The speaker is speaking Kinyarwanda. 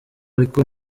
ariko